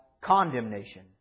condemnation